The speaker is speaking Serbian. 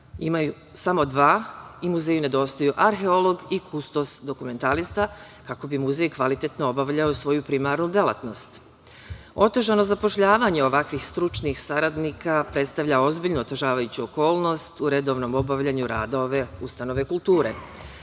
imaju samo dva i muzeju nedostaju arheolog i kustos dokumentarista, kako bi muzej kvalitetno obavljao svoju primarnu delatnost. Otežano zapošljavanje ovakvih stručnih saradnika predstavlja ozbiljnu otežavajuću okolnost u redovnom obavljanju rada ova ustanove kulture. Dakle,